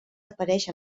apareix